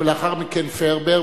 ולאחר מכן פראוור,